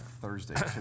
Thursday